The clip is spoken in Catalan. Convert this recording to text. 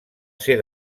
ser